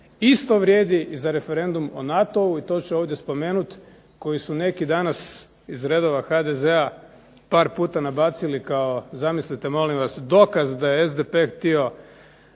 Isto vrijedi i za referendum o NATO-u i to ću ovdje spomenut, koji su neki danas iz redova HDZ-a par puta nabacili kao, zamislite molim vas, dokaz da je SDP htio